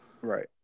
right